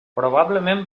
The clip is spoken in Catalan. probablement